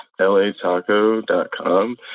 LATaco.com